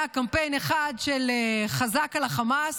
היה קמפיין אחד של חזק על החמאס,